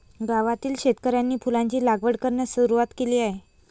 गावातील शेतकऱ्यांनी फुलांची लागवड करण्यास सुरवात केली आहे